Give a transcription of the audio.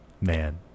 man